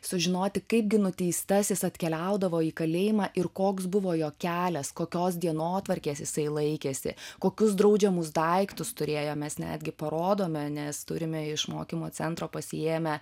sužinoti kaipgi nuteistasis atkeliaudavo į kalėjimą ir koks buvo jo kelias kokios dienotvarkės jisai laikėsi kokius draudžiamus daiktus turėjo mes netgi parodome nes turime iš mokymo centro pasiėmę